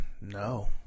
No